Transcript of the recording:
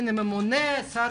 שר